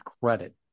credit